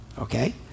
okay